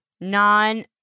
non